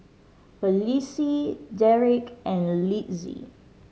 Felicie Derek and Litzy